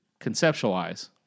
conceptualize